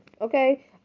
Okay